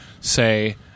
say